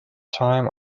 time